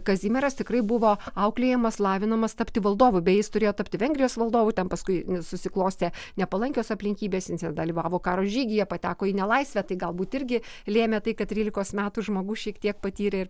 kazimieras tikrai buvo auklėjamas lavinamas tapti valdovu beje jis turėjo tapti vengrijos valdovu ten paskui susiklostė nepalankios aplinkybės dalyvavo karo žygyje pateko į nelaisvę tai galbūt irgi lėmė tai kad trylikos metų žmogus šiek tiek patyrė ir